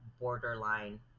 borderline